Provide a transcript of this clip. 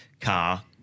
car